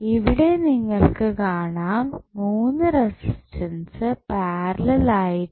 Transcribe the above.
ഇവിടെ നിങ്ങൾക്ക് കാണാം 3 റെസിസ്റ്റൻസ് പാരലൽ ആയിട്ട്